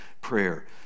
prayer